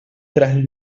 tras